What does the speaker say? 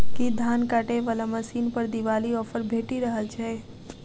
की धान काटय वला मशीन पर दिवाली ऑफर भेटि रहल छै?